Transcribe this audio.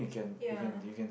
ya